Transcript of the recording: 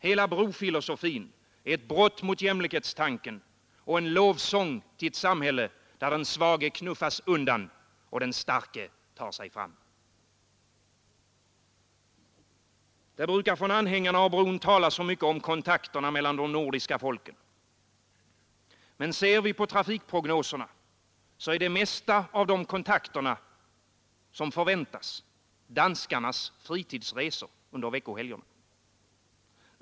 Hela brofilosofin är ett brott mot jämlikhetstanken och en lovsång till ett samhälle där den svage knuffas undan och den starke tar sig fram. Det brukar från anhängarna av bron talas så mycket om kontakterna mellan de nordiska folken. Men ser vi på trafikprognoserna så är det mesta av de kontakter som förväntas danskarnas fritidsresor under veckohelgerna.